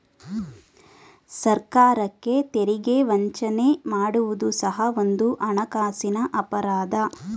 ಸರ್ಕಾರಕ್ಕೆ ತೆರಿಗೆ ವಂಚನೆ ಮಾಡುವುದು ಸಹ ಒಂದು ಹಣಕಾಸಿನ ಅಪರಾಧ